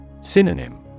Synonym